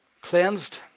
cleansed